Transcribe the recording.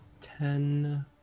ten